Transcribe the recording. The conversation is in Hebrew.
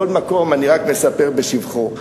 בכל מקום אני רק מספר בשבחו.